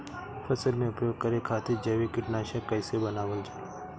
फसल में उपयोग करे खातिर जैविक कीटनाशक कइसे बनावल जाला?